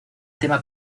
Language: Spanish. tema